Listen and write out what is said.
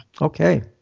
okay